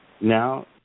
Now